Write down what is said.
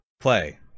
play